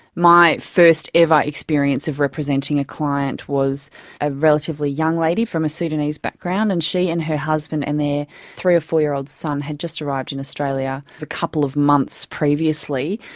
my first ever experience of representing a client was a relatively young lady from a sudanese background, and she and her husband and their three or four-year-old son had just arrived in australia a couple of months previously,